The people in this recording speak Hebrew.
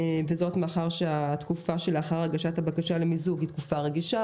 זאת מאחר שהתקופה שלאחר הבקשה למיזוג היא תקופה רגישה,